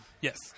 Yes